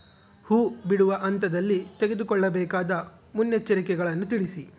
ಹೂ ಬಿಡುವ ಹಂತದಲ್ಲಿ ತೆಗೆದುಕೊಳ್ಳಬೇಕಾದ ಮುನ್ನೆಚ್ಚರಿಕೆಗಳನ್ನು ತಿಳಿಸಿ?